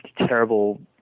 terrible